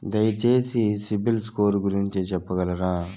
దయచేసి CIBIL score గురించి చెప్పగలరా?